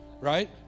right